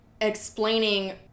explaining